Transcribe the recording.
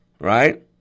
Right